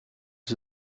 ist